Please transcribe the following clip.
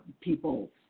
people